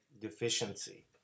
deficiency